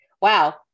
Wow